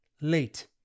Late